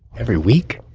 every week?